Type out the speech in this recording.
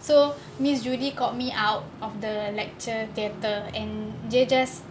so miss judy got me out of the lecture theatre and dia just